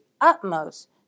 utmost